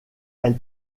elle